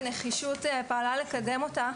בנחישות פעלה לקדם אותה.